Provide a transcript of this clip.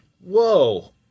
Whoa